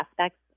aspects